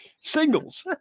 singles